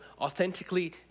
authentically